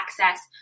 access